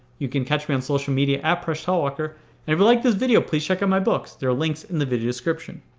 you can catch me on social media preshtalwalkar and if you like this video please check out my books! there are links in the video description.